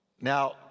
Now